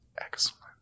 excellent